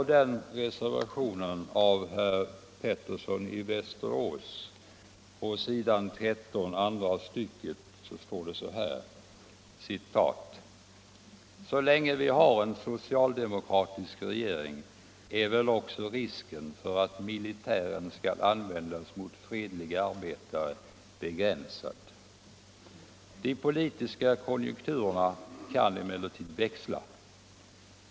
I reservationen av herr Pettersson i Västerås sägs i upplopp i samband andra stycket på s. 13 följande: ”Så länge vi har en socialdemokratisk med arbetskonflikt regering är väl också risken för att militären skall användas mot fredliga — m.m. arbetare begränsad. De politiska konjunkturerna kan emellertid växla.